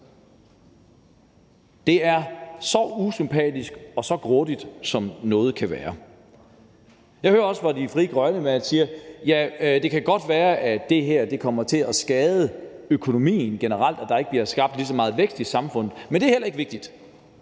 Det er så usympatisk og så grådigt, som noget kan være. Jeg hører også, at man fra Frie Grønnes side siger: Det kan godt være, at det her kommer til at skade økonomien generelt, og at der ikke bliver skabt lige så meget vækst i samfundet, men det er heller ikke vigtigt.